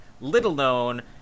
little-known